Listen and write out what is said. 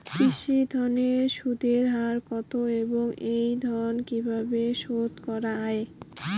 কৃষি ঋণের সুদের হার কত এবং এই ঋণ কীভাবে শোধ করা য়ায়?